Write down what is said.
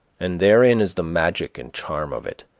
and therein is the magic and charm of it.